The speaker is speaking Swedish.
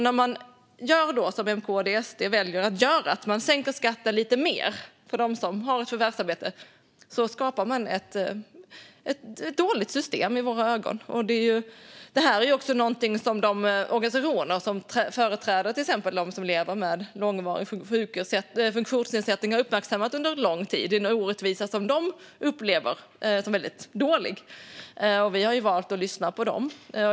När man gör som M, KD och SD väljer att göra, att man sänker skatten lite mer för dem som har ett förvärvsarbete, skapar man ett i våra ögon dåligt system. Detta är också någonting som de organisationer som företräder till exempel dem som lever med långvarig funktionsnedsättning har uppmärksammat under lång tid. Det är en orättvisa som de upplever som väldigt dålig. Vi har valt att lyssna på dem.